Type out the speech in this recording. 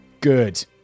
Good